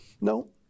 No